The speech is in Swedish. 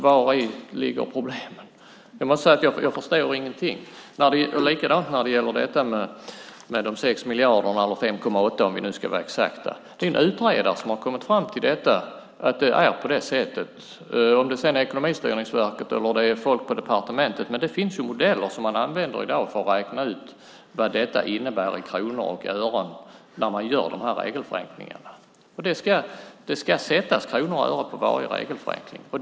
Vari ligger problemen? Jag förstår ingenting. Likadant när det gäller de 6 miljarderna - 5,8 om vi ska vara exakta. Det är en utredare som har kommit fram till att det är på det sättet, om det sedan är Ekonomistyrningsverket eller folk på departement saknar betydelse. Det finns ju modeller som man använder i dag för att räkna ut vad det innebär i kronor och ören när man gör de här regelförenklingarna. Det ska sättas kronor och ören på varje regelförenkling.